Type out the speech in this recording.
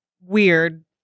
weird